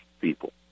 people